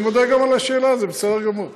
אני מודה גם על השאלה, זה בסדר גמור.